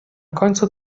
końcu